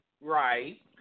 Right